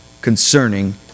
concerning